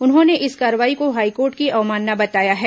उन्होंने इस कार्रवाई को हाईकोर्ट की अवमानना बताया है